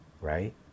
Right